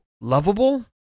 lovable